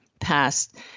passed